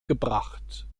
gebracht